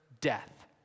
death